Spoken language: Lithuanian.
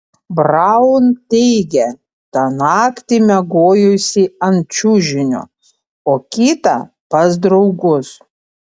braun teigia tą naktį miegojusi ant čiužinio o kitą pas draugus